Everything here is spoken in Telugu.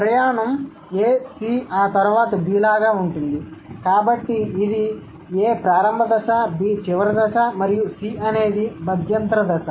కాబట్టి ప్రయాణం A C ఆ తరువాత B లాగా ఉంటుంది కాబట్టి ఇది A ప్రారంభ దశ B చివరి దశ మరియు C అనేది మధ్యంతర దశ